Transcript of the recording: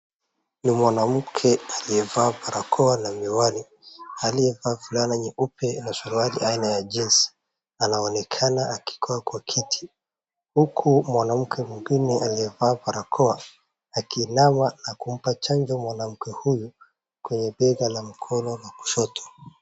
Ni mwanamke aliyevaa barakoa na miwani, aliyevaa fulana nyeupe na suruali aina ya jeans , anaonekana akikaa kwa kiti, huku mwanamke mwingine aliyevaa barakoa akiinama na kumpa chanjo mwanamke huyu kwenye bega la mkono la kushoto.